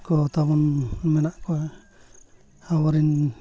ᱠᱚ ᱛᱟᱵᱚᱱ ᱢᱮᱱᱟᱜ ᱠᱚᱣᱟ ᱟᱵᱚ ᱨᱮᱱ